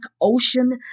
ocean